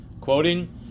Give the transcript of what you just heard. quoting